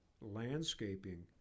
Landscaping